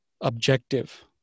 objective